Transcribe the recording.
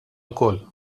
lkoll